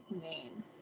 name